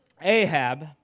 Ahab